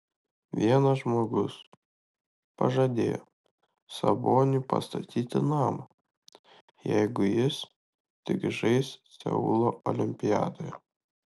vienas žmogus pažadėjo saboniui pastatyti namą jeigu jis tik žais seulo olimpiadoje